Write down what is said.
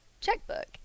checkbook